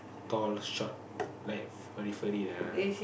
tall short like furry furry like that one